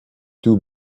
two